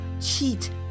Cheat